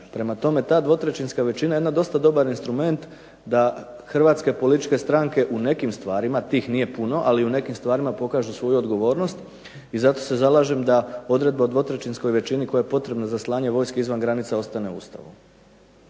Prema tome, ta dvotrećinska većina je jedan dosta dobar instrument da hrvatske političke stranke u nekim stvarima, tih nije puno, ali u nekim stvarima pokažu svoju odgovornost, i zato se zalažem da odredba o dvotrećinskoj većini koja je potrebna za slanje vojske izvan granica ostane u Ustavu.